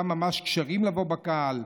כולם ממש כשרים לבוא בקהל.